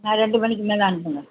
ஆ ரெண்டு மணிக்கு மேலே அனுப்புங்க